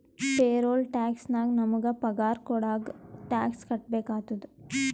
payroll tax ನಾಗ್ ನಮುಗ ಪಗಾರ ಕೊಡಾಗ್ ಟ್ಯಾಕ್ಸ್ ಕಟ್ಬೇಕ ಆತ್ತುದ